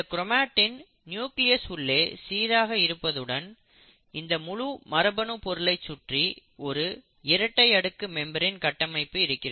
இந்த chromatin nucleus உள்ளே சீராக இருப்பதுடன் இந்த முழு மரபணு பொருளைச் சுற்றி ஒரு இரட்டை அடுக்கு மெம்பிரேன் கட்டமைப்பு இருக்கும்